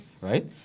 right